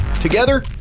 Together